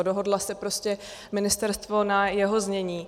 Dohodlo se prostě ministerstvo na jeho znění.